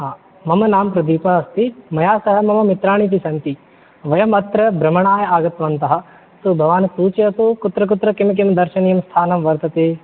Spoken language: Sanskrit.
आम् मम नाम प्रदीपः अस्ति मया सह मम मित्राणि अपि सन्ति वयमत्र भ्रमणाय आगतवन्तः अतः भवान् सूचयतु कुत्र कुत्र किं किं दर्शनीयं स्थानं वर्तते